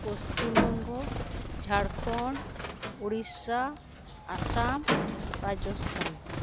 Paschim Banga Jharkhand Orissa Assam Rajasthan